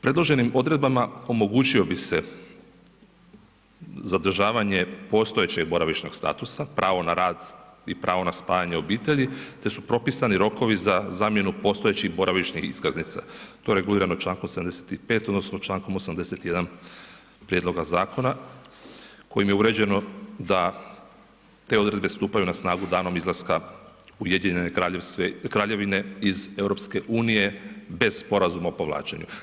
Predloženim odredbama omogućio bi se zadržavanje postojećeg boravišnog statusa, pravo na rad i pravo na spajanje obitelji te su propisani rokovi za zamjenu postojećih boravišnih iskaznica, to je regulirano Člankom 75. odnosno Člankom 81. prijedloga zakona, kojim je uređeno da te odredbe stupaju na snagu danom izlaska Ujedinjene Kraljevine iz EU bez sporazuma o povlačenju.